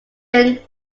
eden